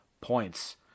points